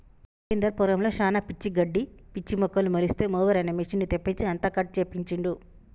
రవీందర్ పొలంలో శానా పిచ్చి గడ్డి పిచ్చి మొక్కలు మొలిస్తే మొవెర్ అనే మెషిన్ తెప్పించి అంతా కట్ చేపించిండు